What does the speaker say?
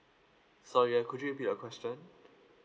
sorry uh could you repeat your question